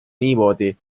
niimoodi